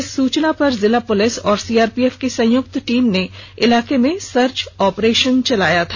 इस सूचना पर जिला पुलिस और सीआरपीएफ की संयुक्त टीम ने इलाके में सर्च ऑपरेशन चलाया था